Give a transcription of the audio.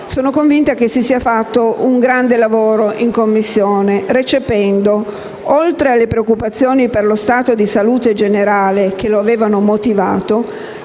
vaccinale si sia fatto un grande lavoro in Commissione recependo, oltre alle preoccupazioni per lo stato di salute generale che lo avevano motivato,